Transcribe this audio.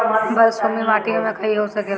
बलसूमी माटी में मकई हो सकेला?